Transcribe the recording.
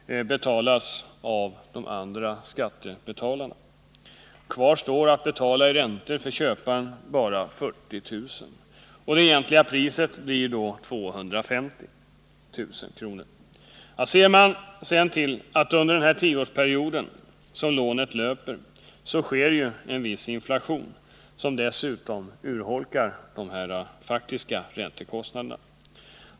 betalas av de andra skattebetalarna. Kvar står att betala i räntor för köparen bara 40 000 kr., och det egentliga priset blir då 250 000 kr. Under den tioårsperiod som lånet löper urholkas dessutom de faktiska räntekostnaderna av inflationen.